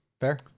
Fair